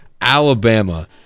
Alabama